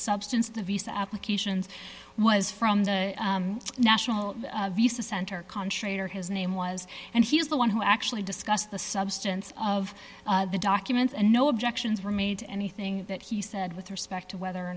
substance the visa applications was from the national visa center contractor his name was and he was the one who actually discussed the substance of the documents and no objections were made to anything that he said with respect to whether or